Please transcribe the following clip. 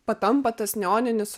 patampa tas neoninis